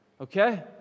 okay